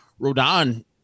Rodon